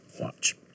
Watch